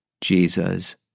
Jesus